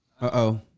Uh-oh